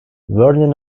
vernon